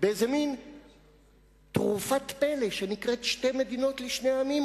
באיזה מין תרופת פלא שנקראת "שתי מדינות לשני עמים".